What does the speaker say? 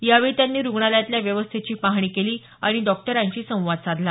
यावेळी त्यांनी रुग्णालयातल्या व्यवस्थेची पाहणी केली आणि डॉक्टरांशी संवाद साधला